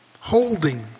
holding